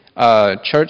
Church